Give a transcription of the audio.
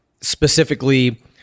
specifically